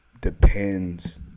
depends